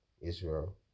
Israel